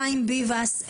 חיים ביבס,